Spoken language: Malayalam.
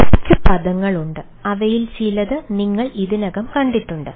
കുറച്ച് പദങ്ങൾ ഉണ്ട് അവയിൽ ചിലത് നിങ്ങൾ ഇതിനകം കണ്ടിട്ടുണ്ട്